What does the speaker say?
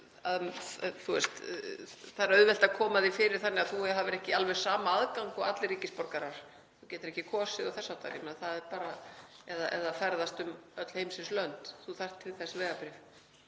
Það er auðvelt að koma því fyrir þannig að þú hafir ekki alveg sama aðgang og allir ríkisborgarar, getir ekki kosið og þess háttar eða ferðast um öll heimsins lönd. Þú þarft til þess vegabréf.